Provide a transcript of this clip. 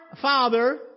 Father